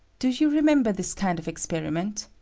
do you remember this kind of experiment?